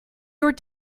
your